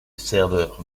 serveur